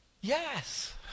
Yes